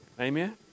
Amen